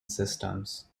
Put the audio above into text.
systems